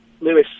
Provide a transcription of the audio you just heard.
Lewis